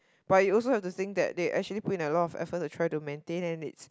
but you also have to think that they actually put in a lot of effort to try to maintain and it's